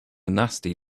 nasty